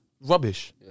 Rubbish